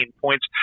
points